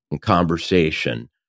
conversation